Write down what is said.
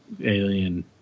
alien